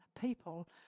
people